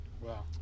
wow